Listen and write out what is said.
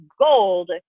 gold